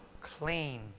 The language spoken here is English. clean